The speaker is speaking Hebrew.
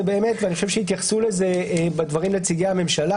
והתייחסו לזה נציגי הממשלה,